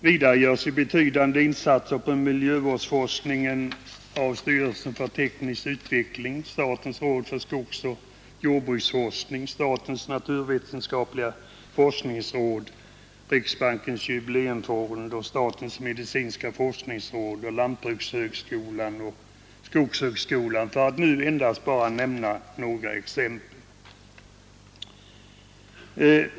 Vidare görs betydande insatser för miljövårdsforskningen av styrelsen för teknisk utveckling, statens råd för skogsoch jordbruksforskning, statens naturvetenskapliga forskningsråd, riksbankens jubileumsfond, statens medicinska forskningsråd, lantbrukshögskolan och skogshögskolan, för att nu endast nämna några exempel.